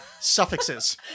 suffixes